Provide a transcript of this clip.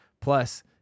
Plus